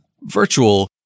virtual